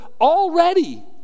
Already